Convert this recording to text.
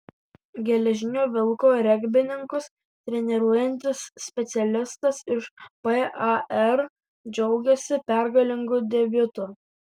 geležinio vilko regbininkus treniruojantis specialistas iš par džiaugiasi pergalingu debiutu